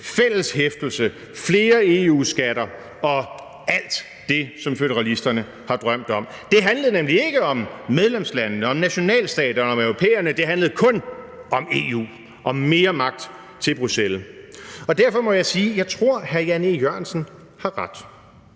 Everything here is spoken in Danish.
fælles hæftelse, flere EU-skatter og alt det, som føderalisterne har drømt om. Det handlede nemlig ikke om medlemslandene, om nationalstaterne, om europæerne, men det handlede kun om EU, om mere magt til Bruxelles. Derfor må jeg sige, at jeg tror, at hr. Jan E. Jørgensen har ret: